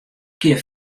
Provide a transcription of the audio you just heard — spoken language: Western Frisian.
kear